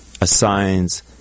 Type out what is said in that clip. assigns